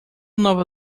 nova